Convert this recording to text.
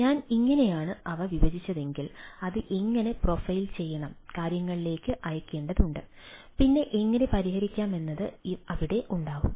ഞാൻ ഇങ്ങനെയാണ് അവ വിഭജിച്ചതെങ്കിൽ അത് എങ്ങനെ പ്രൊഫൈൽ ചെയ്യണം കാര്യങ്ങളിലേക്ക് അയയ്ക്കേണ്ടതുണ്ട് പിന്നെ എങ്ങനെ പരിഹരിക്കാമെന്നത് അവിടെ ഉണ്ടാകും